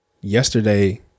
yesterday